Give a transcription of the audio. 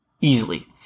easily